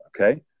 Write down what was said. Okay